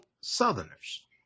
Southerners